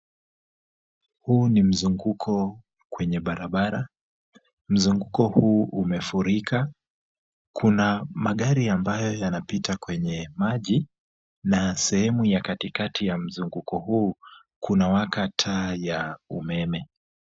Huu ni mzunguko kwenye barabara. Mzunguko huu umefurika. Kuna magari ambayo yanapita kwenye maji na sehemu ya katikati ya mzunguko huu kunawaka taa ya umeme.